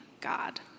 God